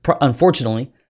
unfortunately